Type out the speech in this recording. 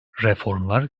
reformlar